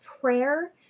prayer